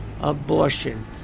abortion